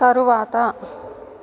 తరువాత